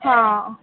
हां